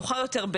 מאוחר יותר,